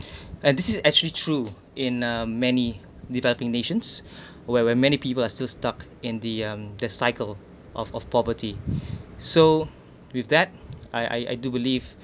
and this is actually true in uh many developing nations where where many people are still stuck in the um the cycle of of poverty so with that I I I do believe